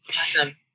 Awesome